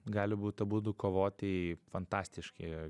gali būt abudu kovotojai fantastiški